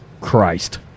Christ